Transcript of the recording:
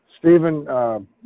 Stephen